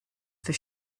for